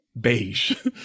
beige